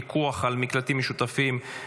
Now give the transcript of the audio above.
פיקוח על מקלטים משותפים),